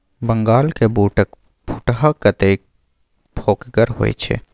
बंगालक बूटक फुटहा कतेक फोकगर होए छै